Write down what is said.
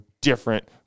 different